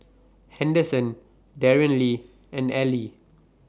Henderson Darian and Elie